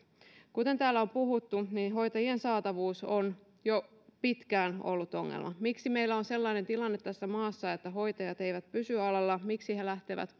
kuten täällä on puhuttu niin hoitajien saatavuus on jo pitkään ollut ongelma miksi meillä on sellainen tilanne tässä maassa että hoitajat eivät pysy alalla miksi he lähtevät